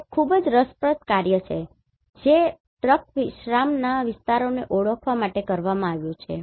આ એક ખૂબ જ રસપ્રદ કાર્ય છે જે ટ્રક વિશ્રામના વિસ્તારોને ઓળખવા માટે કરવામાં આવ્યું છે